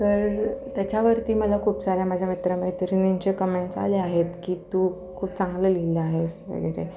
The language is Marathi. तर त्याच्यावरती मला खूप साऱ्या माझ्या मित्र मैत्रिणींचे कमेंट्स आले आहेत की तू खूप चांगलं लिहिलं आहेस वगैरे